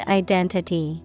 identity